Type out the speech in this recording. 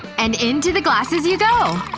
and into the glasses you go!